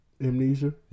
Amnesia